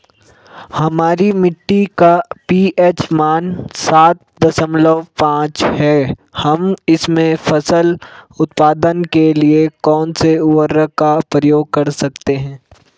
हमारी मिट्टी का पी.एच मान सात दशमलव पांच है हम इसमें फसल उत्पादन के लिए कौन से उर्वरक का प्रयोग कर सकते हैं?